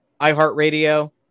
iHeartRadio